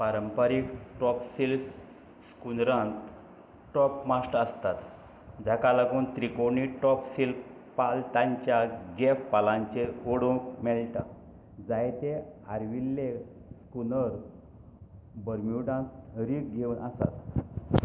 पारंपारीक top sail स्कूनरांत top mast आसतात जाका लागून त्रिकोणी टॉप सेल पाल तांच्या गॅफ पालांचेर उडोवंक मेळटा जायते आर्विल्ले स्कूनर बर्म्युडांत रीग घेवन आसात